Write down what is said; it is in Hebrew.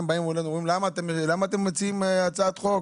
באים אומרים לנו: למה אתם מביאים הצעת חוק?